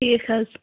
ٹھیٖک حظ